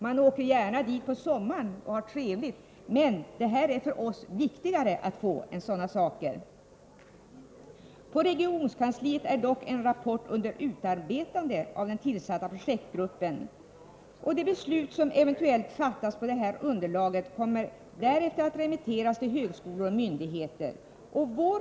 Man åker gärna dit på sommaren och har trevligt, men det här är för oss viktigare än sådana saker. På regionkansliet är dock en rapport under utarbetande av den tillsatta projektgruppen. Det beslut som eventuellt fattas på detta underlag kommer därefter att remitteras till högskolor och myndigheter.